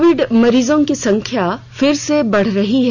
Covid मरीजों की संख्या फिर से बढ़ रही है